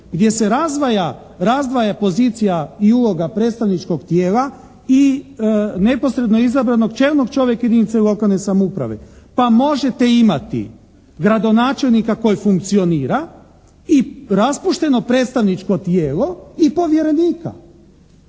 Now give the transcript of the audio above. gdje se razdvaja pozicija i uloga predstavničkog tijela i neposredno izabranog čelnog čovjeka jedinice lokalne samouprave, pa možete imati gradonačelnika koji funkcionira i raspušteno predstavničko tijelo i povjerenika.